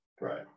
right